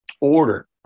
order